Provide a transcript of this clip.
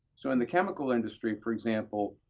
so in the chemical industry, for example,